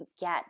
get